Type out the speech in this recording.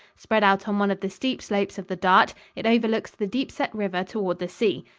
spread out on one of the steep slopes of the dart, it overlooks the deep-set river toward the sea.